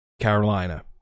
Carolina